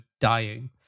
dying